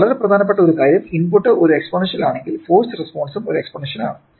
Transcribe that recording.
വളരെ പ്രധാനപ്പെട്ട ഒരു കാര്യം ഇൻപുട്ട് ഒരു എക്സ്പോണൻഷ്യൽ ആണെങ്കിൽ ഫോഴ്സ് റെസ്പോൺസും ഒരു എക്സ്പോണൻഷ്യൽ ആണ്